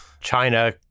China